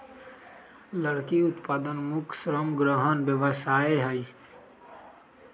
लकड़ी उत्पादन मुख्य श्रम गहन व्यवसाय हइ